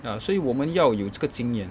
ya 所以我们要有这个经验